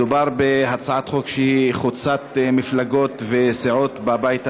מדובר בהצעת חוק חוצת מפלגות וסיעות בבית הזה.